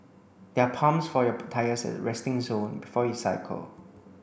there are pumps for your tyres at resting zone before you cycle